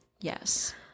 Yes